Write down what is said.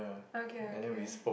okay okay